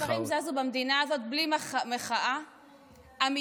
איזה דברים זזו במדינה הזאת בלי מחאה אמיתית,